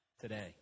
today